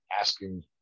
asking